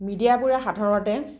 মিডিয়াবোৰে সাধাৰণতে